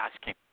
asking